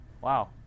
Wow